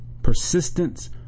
persistence